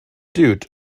dude